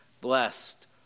Blessed